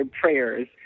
prayers